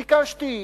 ביקשתי,